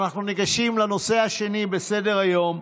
אנחנו ניגשים לנושא השני בסדר-היום,